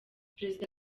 perezida